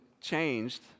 changed